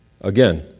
Again